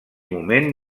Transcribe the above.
moment